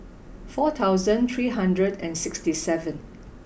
four thousand three hundred and sixty seven